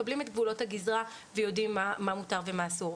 מקבלים את גבולות הגזרה ויודעים מה מותר ומה אסור.